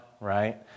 right